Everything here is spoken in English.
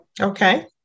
Okay